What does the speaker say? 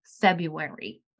February